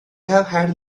had